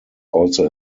also